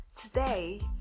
Today